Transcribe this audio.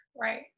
Right